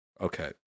Okay